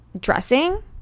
dressing